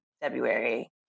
February